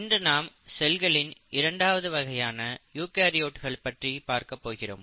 இன்று நாம் செல்களின் இரண்டாவது வகையான யூகரியோட்ஸ் பற்றி பார்க்க போகிறோம்